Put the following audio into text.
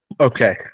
okay